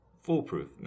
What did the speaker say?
foolproof